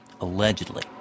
allegedly